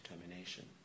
determination